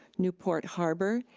newport harbor,